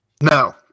No